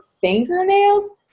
fingernails